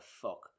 fuck